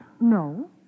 No